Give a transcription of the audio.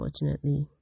unfortunately